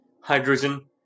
Hydrogen